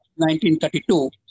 1932